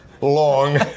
long